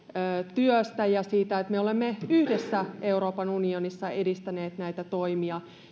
työstä ja siitä että me olemme yhdessä euroopan unionissa edistäneet näitä toimia